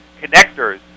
connectors